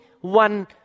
one